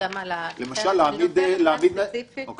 אני